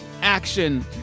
action